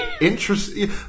Interesting